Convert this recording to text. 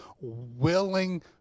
willing